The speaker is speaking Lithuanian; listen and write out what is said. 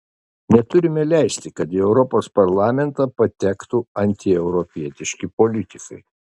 neturime leisti kad į europos parlamentą patektų antieuropietiški politikai